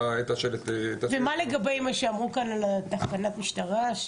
מה לגבי מה שאמרו כאן על תחנת המשטרה?